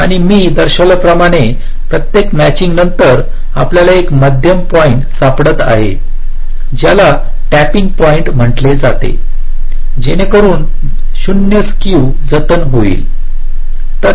आणि मी दर्शविल्याप्रमाणे प्रत्येक मॅचिंग नंतर आपल्याला एक मध्यम पॉईंट् सापडत आहे ज्याला टॅपिंग पॉईंट म्हटले जाते जेणेकरून 0 स्क्यू जतन होईल